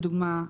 לדוגמה,